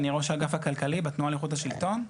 אני ראש אגף הכלכלי בתנועה לאיכות השלטון.